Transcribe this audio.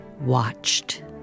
watched